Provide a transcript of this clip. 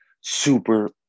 Super